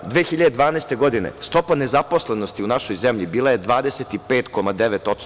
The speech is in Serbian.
Naime, 2012. godine stopa nezaposlenosti u našoj zemlji bila je 25,9%